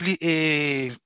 et